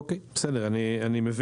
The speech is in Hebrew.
אוקיי, בסדר אני מבין.